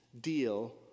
deal